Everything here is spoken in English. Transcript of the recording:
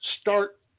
start